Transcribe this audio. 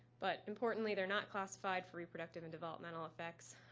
but importantly, they're not classified for reproductive and developmental effects,